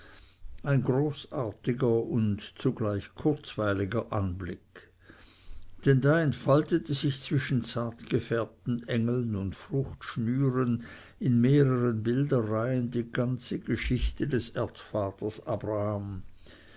ein großartiger und zugleich kurzweiliger anblick denn da entfaltete sich zwischen zartgefärbten engeln und fruchtschnüren in mehreren bilderreihen die ganze geschichte des erzvaters abraham